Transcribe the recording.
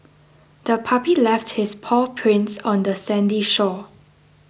the puppy left its paw prints on the sandy shore